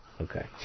okay